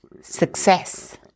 success